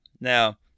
Now